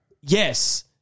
Yes